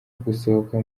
gusohoka